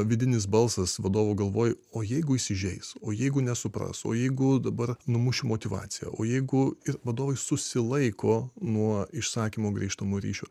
vidinis balsas vadovų galvoj o jeigu įsižeis o jeigu nesupras o jeigu dabar numuši motyvaciją o jeigu ir vadovai susilaiko nuo išsakymo grįžtamojo ryšio